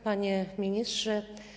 Panie Ministrze!